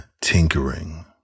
tinkering